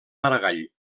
maragall